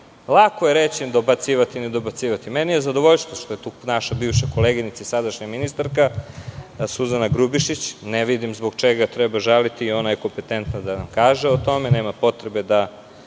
je reći, dobacivati i ne dobacivati. Meni je zadovoljstvo što je tu naša bivša koleginica, sadašnja ministarka Suzana Grubješić. Ne vidim zbog čega je treba žaliti? Ona je kompetentna da nam kaže o tome i zato sam